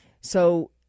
So-